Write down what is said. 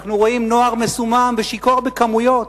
אנחנו רואים נוער מסומם ושיכור בכמויות.